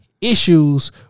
issues